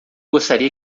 gostaria